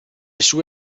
sue